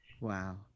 Wow